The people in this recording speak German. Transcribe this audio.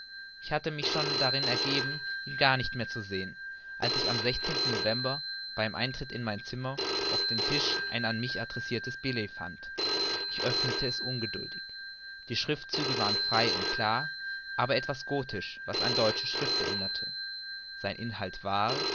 ich hatte mich schon darein ergeben ihn gar nicht mehr zu sehen als ich am november beim eintritt in mein zimmer auf dem tisch ein an mich adressirtes billet fand ich öffnete es ungeduldig die schriftzüge waren frei und klar aber etwas gothisch was an deutsche schrift erinnerte sein inhalt war